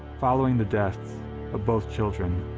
following the deaths of both children,